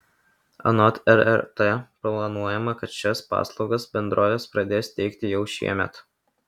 anot rrt planuojama kad šias paslaugas bendrovės pradės teikti jau šiemet